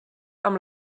amb